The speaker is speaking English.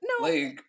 No